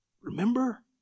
remember